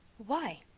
why?